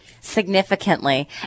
Significantly